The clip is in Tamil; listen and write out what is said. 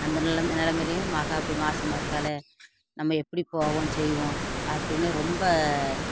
அந்த நிலமையிலையும் மகள் இப்படி மாதமா இருக்காளே நம்ம எப்படி போவோம் செய்வோம் அப்படின்னு ரொம்ப